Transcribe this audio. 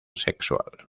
sexual